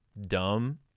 dumb